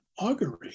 augury